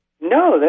No